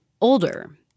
Older